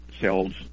cells